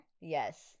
Yes